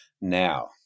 now